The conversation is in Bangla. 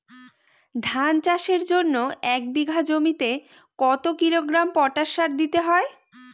ধান চাষের জন্য এক বিঘা জমিতে কতো কিলোগ্রাম পটাশ সার দিতে হয়?